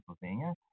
Pennsylvania